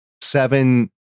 seven